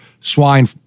swine